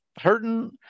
hurting